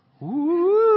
Woo